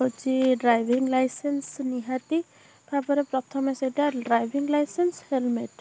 ହେଉଛି driving licence ନିହାତି ତା'ପରେ ପ୍ରଥମେ ସେଇଟା ଡ୍ରାଇଭିଂ ଲାଇସେନ୍ସ ହେଲମେଟ୍